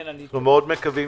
אנו מאוד מקווים